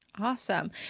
Awesome